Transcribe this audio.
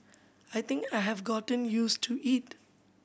I think I have gotten used to it